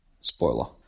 Spoiler